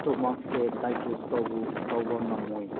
ꯏꯁꯇꯣꯃꯥꯛꯁꯦ digest ꯇꯧꯕ ꯇꯧꯕ ꯉꯝꯃꯣꯏ